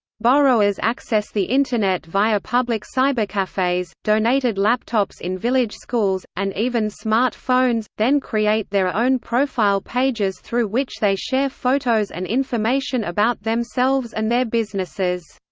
borrowers access the internet via public cybercafes, donated laptops in village schools, and even smart phones, then create their own profile pages through which they share photos and information about themselves and their businesses.